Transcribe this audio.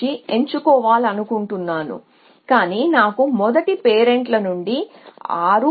మరియు ఈ క్రింది విధంగా పనిచేస్తుంది ఈ క్రాస్ఓవర్ లాగా మీరు మొదట కొన్ని స్లింగ్స్ ను కాపీ చేస్తారు